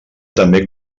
també